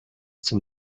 zum